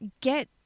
get